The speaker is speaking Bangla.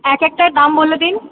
এক একটার দাম বলে দিন